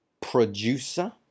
producer